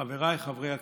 חבריי חברי הכנסת,